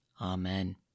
Amen